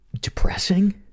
depressing